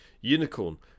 unicorn